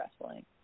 wrestling